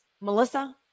Melissa